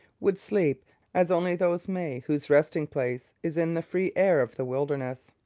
would sleep as only those may whose resting-place is in the free air of the wilderness.